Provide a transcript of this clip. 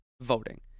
voting